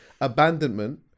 Abandonment